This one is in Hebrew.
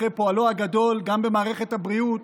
אחרי פועלו הגדול גם במערכת הבריאות,